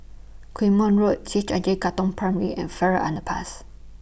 Quemoy Road C H I J Katong Primary and Farrer Underpass